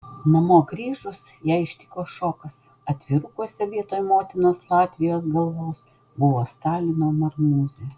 namo grįžus ją ištiko šokas atvirukuose vietoj motinos latvijos galvos buvo stalino marmūzė